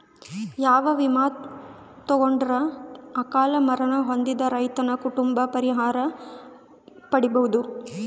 ಯಾವ ವಿಮಾ ತೊಗೊಂಡರ ಅಕಾಲ ಮರಣ ಹೊಂದಿದ ರೈತನ ಕುಟುಂಬ ಪರಿಹಾರ ಪಡಿಬಹುದು?